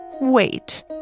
Wait